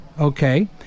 okay